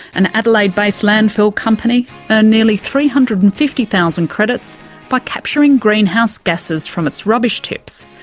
an adelaide based landfill company earned nearly three hundred and fifty thousand credits by capturing greenhouse gases from its rubbish tips.